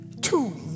Two